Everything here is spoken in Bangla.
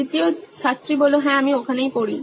দ্বিতীয় ছাত্রী হ্যাঁ আমি ওখানেই পড়ি